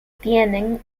tienen